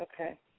Okay